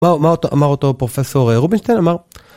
מה אמר אמר אותו הפרופסור רובינשטיין אמר?